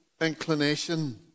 inclination